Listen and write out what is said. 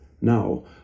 now